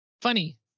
Funny